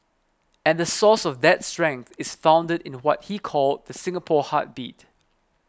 and the source of that strength is founded in what he called the Singapore heartbeat